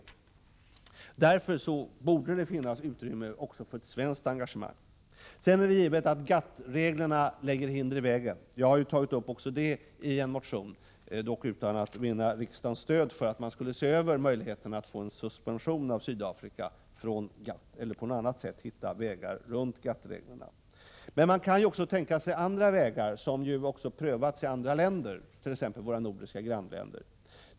Därför borde det finnas utrymme också för ett svenskt engagemang. Vidare är det givet att GATT-reglerna lägger hinder i vägen. Jag har ju tagit upp även detta i en motion, dock utan att vinna riksdagens stöd för en genomgång av möjligheterna att få en suspension av Sydafrika från GATT eller på annat sätt hitta vägar runt GATT-reglerna. Man kan också tänka sig andra vägar, som har prövats i andra länder, t.ex. våra nordiska grannländer.